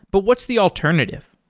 but what's the alternative?